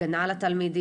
הגנה על התלמידים,